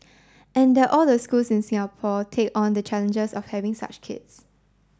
and that all the schools in Singapore take on the challenges of having such kids